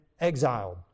exiled